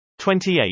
28